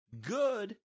Good